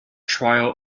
trial